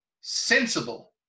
sensible